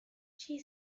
she